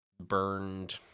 burned